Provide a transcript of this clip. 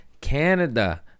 Canada